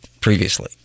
previously